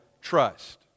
trust